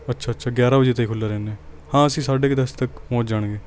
ਅੱਛਾ ਅੱਛਾ ਗਿਆਰ੍ਹਾਂ ਵਜੇ ਤਾਈਂ ਖੁੱਲ੍ਹਾ ਰਹਿੰਦੇ ਹਾਂ ਅਸੀਂ ਸਾਢੇ ਕੁ ਦਸ ਤੱਕ ਪਹੁੰਚ ਜਾਣਗੇ